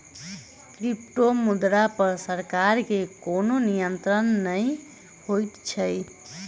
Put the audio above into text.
क्रिप्टोमुद्रा पर सरकार के कोनो नियंत्रण नै होइत छै